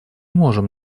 можем